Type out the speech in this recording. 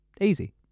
Easy